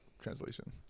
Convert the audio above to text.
translation